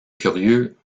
curieux